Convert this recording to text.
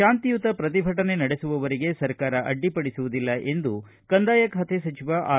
ಶಾಂತಿಯುತ ಪ್ರತಿಭಟನೆ ನಡೆಸುವುವವರಿಗೆ ಸರ್ಕಾರ ಅಡ್ಡಿಪಡಿಸುವುದಿಲ್ಲ ಎಂದು ಕಂದಾಯ ಸಚಿವ ಆರ್